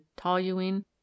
toluene